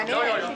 מעניין.